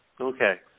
Okay